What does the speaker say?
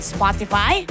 Spotify